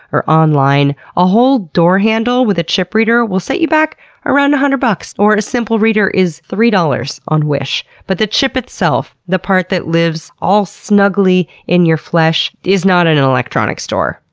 or online. a whole door handle with a chip reader will set you back around a hundred bucks, or a simpler reader is three dollars on wish. but the chip itself, the part that lives all snuggly in your flesh, is not in an electronic store,